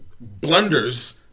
blunders